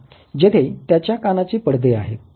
जेथे त्याच्या कानाचे पडदे आहे